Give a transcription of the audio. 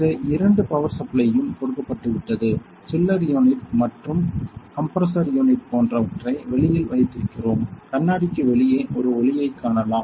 இந்த இரண்டு பவர் சப்ளையும் கொடுக்கப்பட்டு விட்டது சில்லர் யூனிட் மற்றும் கம்ப்ரசர் யூனிட் போன்றவற்றை வெளியில் வைத்திருக்கிறோம் கண்ணாடிக்கு வெளியே ஒரு ஒளியைக் காணலாம்